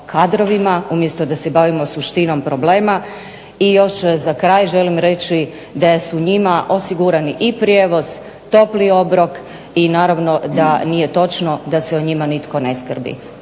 kadrovima umjesto da se bavimo suštinom problema. I još za kraj želim reći da su njima osigurani i prijevoz, topli obrok i naravno da nije točno da se o njima nitko ne skrbi.